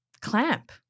clamp